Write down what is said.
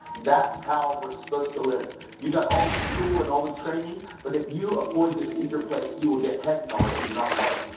that's how we're supposed to live. you've got all the school and all the training but if you avoid the secret place, you will get head-knowledge and not heart-knowledge.